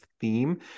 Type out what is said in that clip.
theme